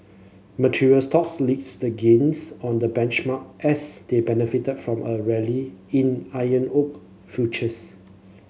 material stocks links the gains on the benchmark as they benefited from a rally in iron ore futures